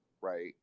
right